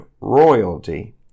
royalty